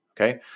Okay